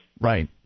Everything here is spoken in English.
right